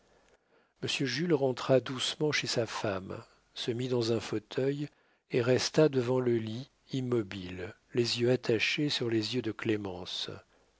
monsieur jules rentra doucement chez sa femme se mit dans un fauteuil et resta devant le lit immobile les yeux attachés sur les yeux de clémence